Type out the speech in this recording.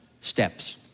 steps